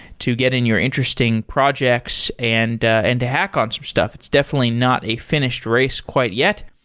to get in your interesting projects and and to hack on some stuff. it's definitely not a finished race quite yet.